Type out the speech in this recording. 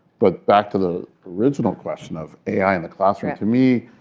but back to the original question of ai in the classroom, to me,